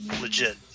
legit